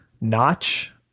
Notch